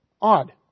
odd